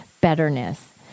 betterness